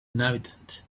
inhabitants